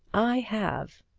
i have.